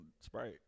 Sprite